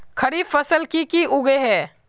खरीफ फसल की की उगैहे?